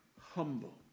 humble